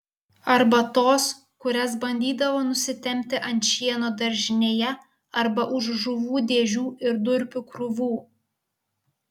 arba tos kurias bandydavo nusitempti ant šieno daržinėje arba už žuvų dėžių ir durpių krūvų